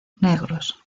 negros